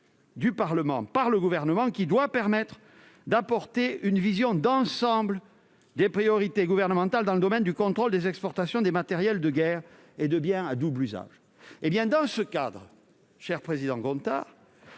apportée par le Gouvernement au Parlement. Il s'agit d'offrir une vision d'ensemble des priorités gouvernementales dans le domaine du contrôle des exportations des matériels de guerre et des biens à double usage. Dans ce cadre, cher président Gontard,